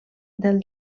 del